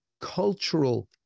cultural